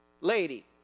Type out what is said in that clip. lady